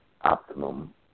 optimum